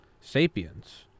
sapiens